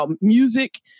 music